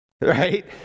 Right